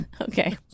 Okay